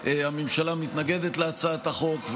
הממשלה מתנגדת להצעת החוק,